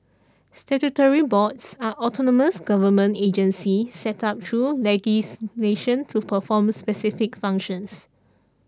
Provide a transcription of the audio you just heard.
statutory boards are autonomous government agencies set up through legislation to perform specific functions